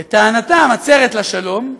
לטענתם, עצרת לשלום,